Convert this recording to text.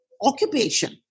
occupation